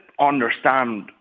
understand